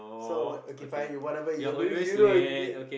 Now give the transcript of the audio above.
so what okay fine whatever you uh maybe you don't agree